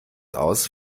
aus